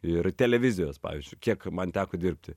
ir televizijos pavyzdžiui kiek man teko dirbti